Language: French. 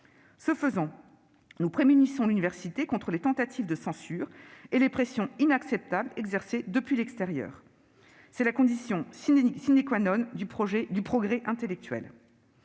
Ce faisant, nous prémunissons l'université contre les tentatives de censure et les pressions inacceptables exercées depuis l'extérieur. C'est la condition du progrès intellectuel